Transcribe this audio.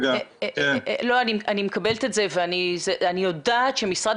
--- אני מקבלת את זה ואני יודעת שמשרד